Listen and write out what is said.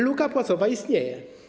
Luka płacowa istnieje.